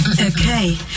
Okay